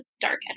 dark